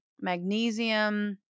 Magnesium